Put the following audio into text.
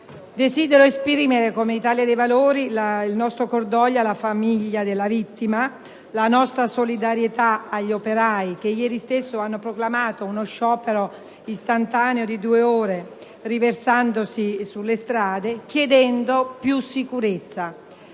Desidero esprimere, come Italia dei Valori, il nostro cordoglio alla famiglia della vittima e la nostra solidarietà agli operai che ieri stesso hanno proclamato uno sciopero istantaneo di due ore, riversandosi sulle strade e chiedendo più sicurezza.